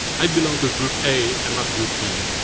i belong to group a and not group b.